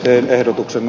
tein ehdotuksen